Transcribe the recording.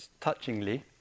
touchingly